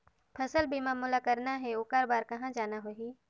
फसल बीमा मोला करना हे ओकर बार कहा जाना होही?